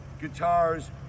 guitars